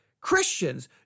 Christians